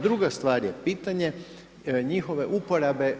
Druga stvar je pitanje njihove uporabe.